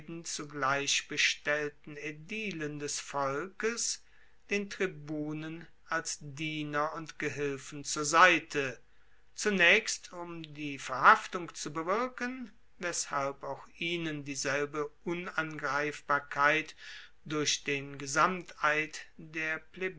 zugleich bestellten aedilen des volkes den tribunen als diener und gehilfen zur seite zunaechst um die verhaftung zu bewirken weshalb auch ihnen dieselbe unangreifbarkeit durch den gesamteid der